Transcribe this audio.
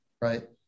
right